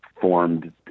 formed